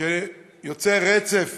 שיוצר רצף